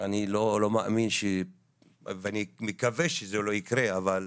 אני מקווה שזה לא יקרה, אבל